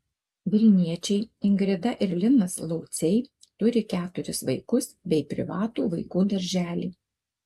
vilniečiai ingrida ir linas lauciai turi keturis vaikus bei privatų vaikų darželį